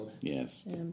Yes